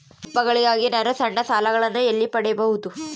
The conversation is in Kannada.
ಹಬ್ಬಗಳಿಗಾಗಿ ನಾನು ಸಣ್ಣ ಸಾಲಗಳನ್ನು ಎಲ್ಲಿ ಪಡಿಬಹುದು?